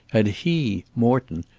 had he, morton,